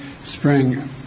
spring